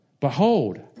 behold